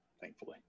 thankfully